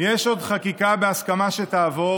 יש עוד חקיקה שתעבור